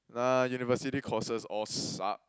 nah university courses all suck